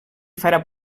farà